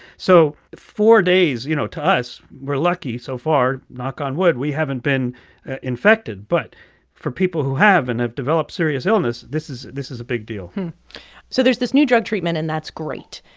so four days, you know, to us we're lucky so far, knock on wood, we haven't been infected. but for people who have and have developed serious illness, this is this is a big deal so there's this new drug treatment, and that's great.